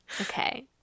okay